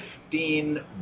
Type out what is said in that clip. fifteen